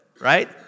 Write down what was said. right